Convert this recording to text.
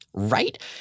right